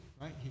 right